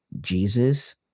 jesus